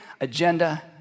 agenda